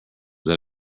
that